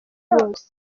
bose